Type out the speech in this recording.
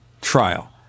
trial